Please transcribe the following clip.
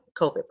COVID